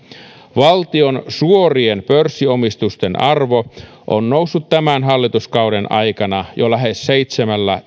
valtion suorien pörssiomistusten arvo on noussut tämän hallituskauden aikana jo lähes seitsemällä